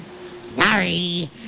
Sorry